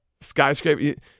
skyscraper